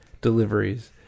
deliveries